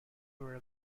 were